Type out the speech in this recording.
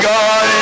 God